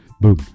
Boom